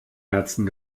herzen